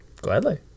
Gladly